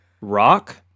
rock